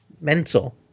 Mental